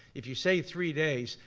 if you say three days,